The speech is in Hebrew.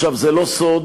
זה לא סוד